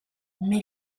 mais